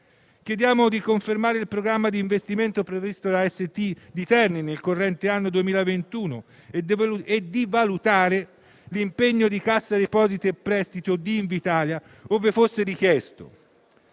Chiediamo di confermare il programma di investimento previsto per la AST di Terni nel corrente anno 2021 e di valutare l'impegno di Cassa depositi e prestiti o di Invitalia, ove fosse richiesto.